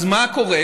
אז מה קורה?